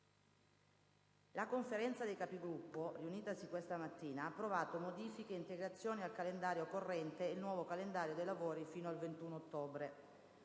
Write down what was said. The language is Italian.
La Conferenza dei Capigruppo, riunitasi questa mattina, ha approvato modifiche e integrazioni al calendario corrente e il nuovo calendario dei lavori fino al 21 ottobre.